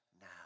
now